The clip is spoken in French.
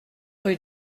rue